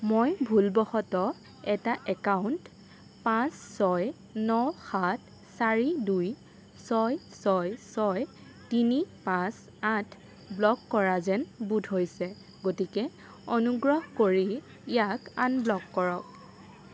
মই ভুলবশতঃ এটা একাউণ্ট পাঁচ ছয় ন সাত চাৰি দুই ছয় ছয় ছয় তিনি পাঁচ আঠ ব্ল'ক কৰা যেন বোধ হৈছে গতিকে অনুগ্ৰহ কৰি ইয়াক আনব্ল'ক কৰক